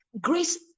grace